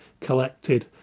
collected